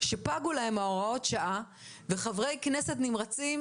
שפגו להן הוראות השעה וחברי כנסת נמרצים